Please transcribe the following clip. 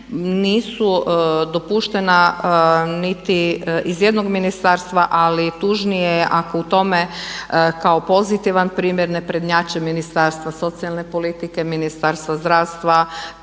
nisu dopuštena niti iz jednog ministarstva ali tužnije je ako u tome kao pozitivan primjer ne prednjače Ministarstvo socijalne politike, Ministarstvo zdravstva